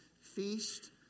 feast